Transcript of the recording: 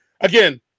again